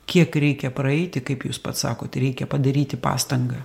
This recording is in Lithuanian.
kiek reikia praeiti kaip jūs pats sakot reikia padaryti pastangą